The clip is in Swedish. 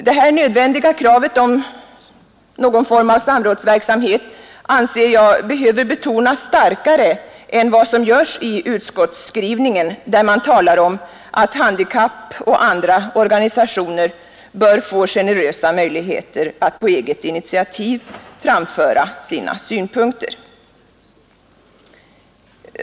Det angelägna kravet på någon form av samrådsverksamhet anser jag behöver betonas starkare än vad som görs i utskottsskrivningen, där man talar om att handikappoch andra organisationer bör få generösa möjligheter att på eget initiativ framföra sina synpunkter.